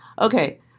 Okay